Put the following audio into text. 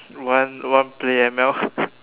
want want to play M_L